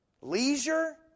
Leisure